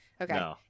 Okay